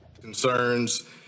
Concerns